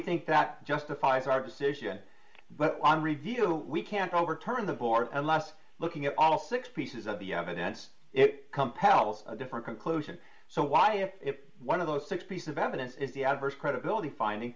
think that justifies our decision but on review of the we can't overturn the board unless looking at all six pieces of the evidence it compels a different conclusion so why if one of those six piece of evidence is the adverse credibility finding